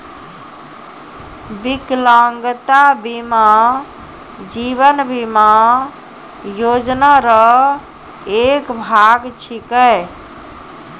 बिकलांगता बीमा जीवन बीमा योजना रो एक भाग छिकै